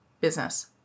business